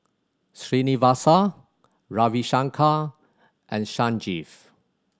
Srinivasa Ravi Shankar and Sanjeev